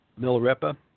Milarepa